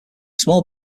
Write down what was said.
small